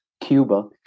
Cuba